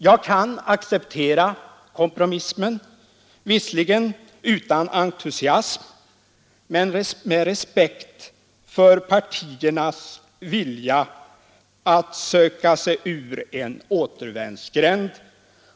Jag kan acceptera kompromissen, visserligen utan entusiasm men med respekt för partiernas vilja att söka sig ur en återvändsgränd.